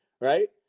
right